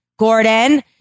Gordon